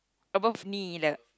above knee le~